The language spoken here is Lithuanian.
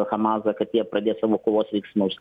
hamasą kad jie pradės savo kovos veiksmus